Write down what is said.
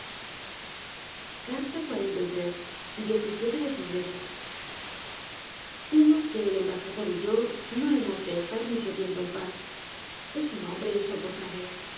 dios me perdone esta pregunta de febrero temo que el embajador y yo no hemos de estar mucho tiempo en paz es un hombre insoportable